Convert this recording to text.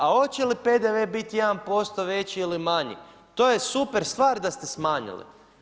A hoće li PDV biti 1% veći ili manji, to je super stvar da ste smanjili.